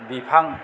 बिफां